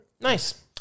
Nice